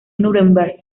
núremberg